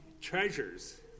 treasures